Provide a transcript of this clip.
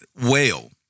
whale